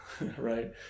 right